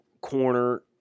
corner